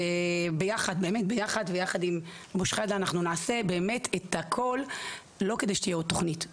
שביחד עם אבו שחאדה אנחנו נעשה את הכל לא כדי שתהיה עוד תוכנית,